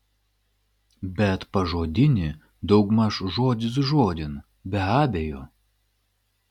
bet pažodinį daugmaž žodis žodin be abejo